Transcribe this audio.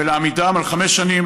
ולהעמידו על חמש שנים,